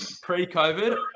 Pre-COVID